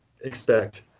expect